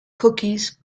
cookies